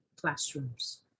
classrooms